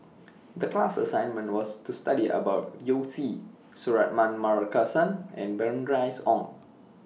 The class assignment was to study about Yao Zi Suratman Markasan and Bernice Ong